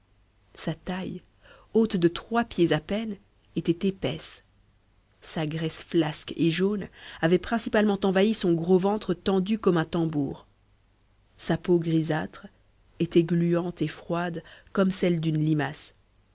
sa taille haute de trois pieds à peine était épaisse sa graisse flasque et jaune avait principalement envahi son gros ventre tendu comme un tambour sa peau grisâtre était gluante et froide comme celle d'une limace